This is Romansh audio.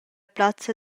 plazza